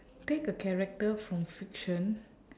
take a character from fiction